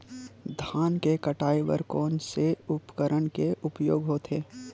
धान के कटाई बर कोन से उपकरण के उपयोग होथे?